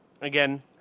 Again